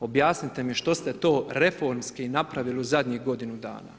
objasnite mi što ste to reformski napravili u godinu dana.